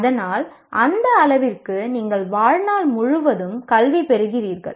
அதனால் அந்த அளவிற்கு நீங்கள் வாழ்நாள் முழுவதும் கல்வி பெறுகிறீர்கள்